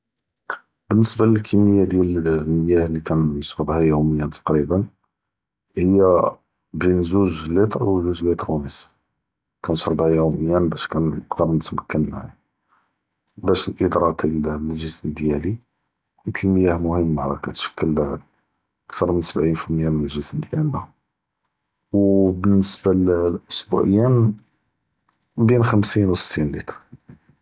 באלניסבה ללקמיה דיאל אלמא דילכאן נשרבה יום יומא תכריבא, היא בין זוג ליטר וזוג ו ניספ, כנעשרבה יום יומא באש כנבקע ממתקן, באש נדרתי אלג’סם דיאלי, מיתל אלמא מ’לום כאתשכ’ל כתר מן שבעין פ המיה מן אלג’סם דיאלנא, ו בניסבה לאסבועיה בין חמיסין ו סטין.